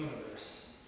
universe